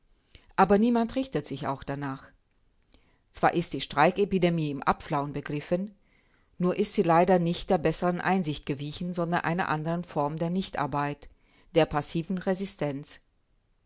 aber niemand richtet sich auch danach zwar ist die streikepidemie im abflauen begriffen nur ist sie leider nicht der besseren einsicht gewichen sondern einer andern form der nichtarbeit der passiven resistenz